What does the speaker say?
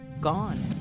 gone